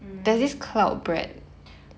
mm